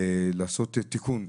לעשות תיקון.